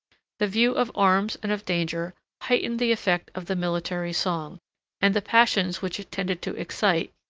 the view of arms and of danger heightened the effect of the military song and the passions which it tended to excite,